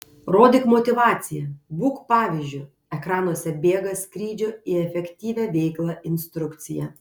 rodyk motyvaciją būk pavyzdžiu ekranuose bėga skrydžio į efektyvią veiklą instrukcija